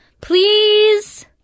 please